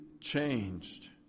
changed